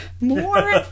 more